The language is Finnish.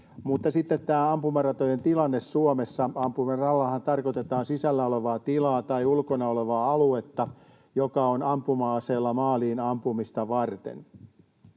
Mutta sitten tämä ampumaratojen tilanne Suomessa. Ampumaradallahan tarkoitetaan sisällä olevaa tilaa tai ulkona olevaa aluetta, joka on ampuma-aseella maaliin ampumista varten.